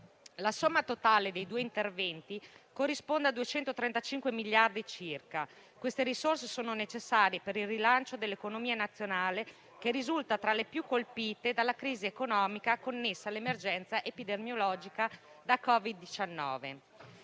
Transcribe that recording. La somma totale dei due interventi corrisponde a 235 miliardi circa. Queste risorse sono necessarie per il rilancio dell'economia nazionale, che risulta tra le più colpite dalla crisi economica connessa all'emergenza epidemiologica da Covid-19.